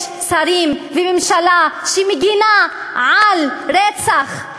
יש שרים וממשלה שמגינה על רצח.